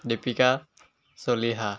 Deepika Chaliha